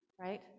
right